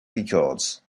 records